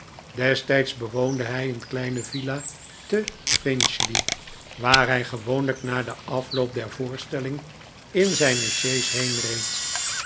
destijds bewoonde hij een kleine villa te finchley waar hij gewoonlijk na denafloop der voorstelling in zijne sjees